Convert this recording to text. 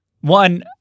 One